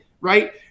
Right